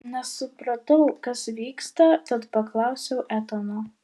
nesupratau kas vyksta tad paklausiau etano